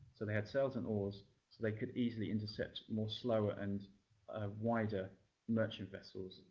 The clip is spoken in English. so they had sails and oars. so they could easily intercept more slower and ah wider merchant vessels.